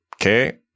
okay